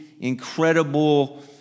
incredible